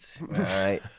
right